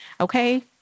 Okay